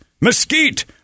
mesquite